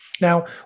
Now